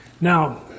Now